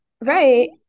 Right